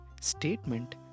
statement